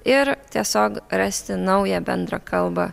ir tiesiog rasti naują bendrą kalbą